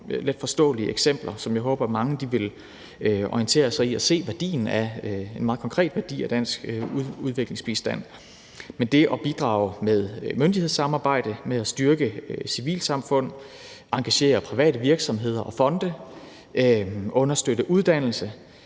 og letforståelige eksempler, som jeg håber mange vil orientere sig i for at se en meget konkret værdi af dansk udviklingsbistand. Men det at bidrage med myndighedssamarbejde, styrke civilsamfund, engagere private virksomheder og fonde, understøtte uddannelse